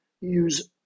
use